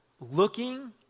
looking